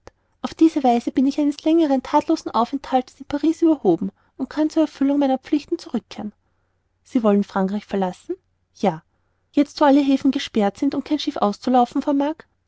auf diese weise bin ich eines längern thatlosen aufenthaltes in paris überhoben und kann zur erfüllung meiner pflichten zurückkehren sie wollen frankreich verlassen ja jetzt wo alle häfen gesperrt sind und kein schiff auszulaufen vermag